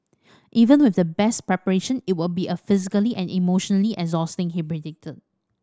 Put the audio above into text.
even with the best preparation it will be a physically and emotionally exhausting he predicted